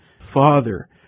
father